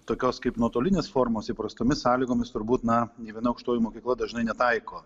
tokios kaip nuotolinės formos įprastomis sąlygomis turbūt na nė viena aukštoji mokykla dažnai netaiko